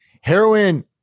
Heroin